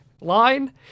line